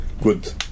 good